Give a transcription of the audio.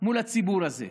מול הציבור הזה.